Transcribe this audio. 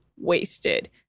wasted